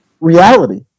reality